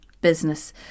business